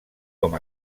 com